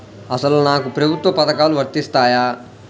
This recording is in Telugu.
అసలు నాకు ప్రభుత్వ పథకాలు వర్తిస్తాయా?